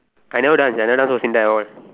I never dance I never dance for SINDA at all